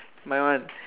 my one